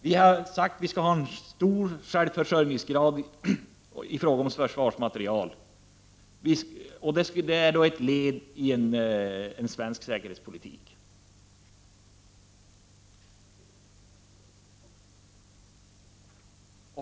Vi har sagt att vi skall ha en hög självförsörjningsgrad i fråga om försvarsmateriel och att detta är ett led i en svensk säkerhetspolitik.